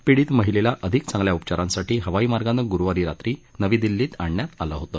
पीडित महिलेला अधिक चांगल्या उपचारांसाठी हवाई मार्गानं गुरुवारी रात्री नवी दिल्लीत आणण्यात आलं होतं